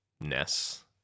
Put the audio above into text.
ness